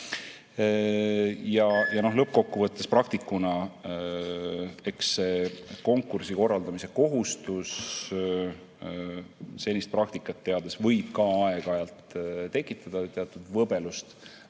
Lõppkokkuvõttes praktikuna: eks see konkursi korraldamise kohustus, senist praktikat teades, võib ka aeg-ajalt tekitada teatud võbelust,